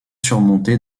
surmonté